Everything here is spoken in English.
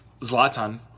Zlatan